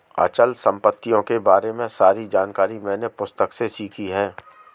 अचल संपत्तियों के बारे में सारी जानकारी मैंने पुस्तक से सीखी है